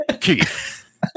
Keith